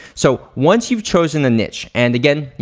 so, once you've chosen a niche and again,